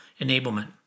enablement